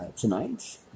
tonight